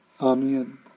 Amen